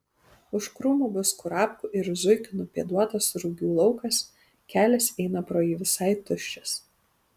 už krūmų bus kurapkų ir zuikių nupėduotas rugių laukas kelias eina pro jį visai tuščias